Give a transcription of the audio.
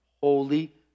holy